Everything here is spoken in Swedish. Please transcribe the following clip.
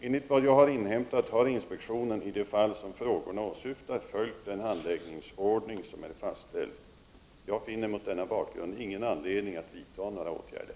Enligt vad jag har inhämtat har inspektionen i de fall som frågorna åsyftar följt den handläggningsordning som är fastställd. Jag finner mot denna bakgrund ingen anledning att vidta några åtgärder.